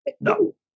No